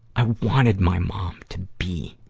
i wanted my mom to be,